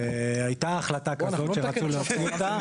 הייתה החלטה כזאת שרצו להוציא אותה.